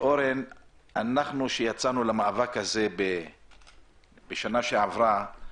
כשיצאנו למאבק הזה בשנה שעברה,